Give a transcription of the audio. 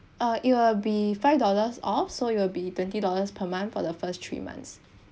uh it will be five dollars off so it will be twenty dollars per month for the first three months